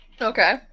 Okay